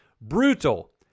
brutal